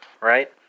right